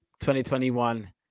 2021